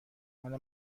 مال